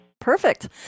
Perfect